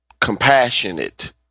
compassionate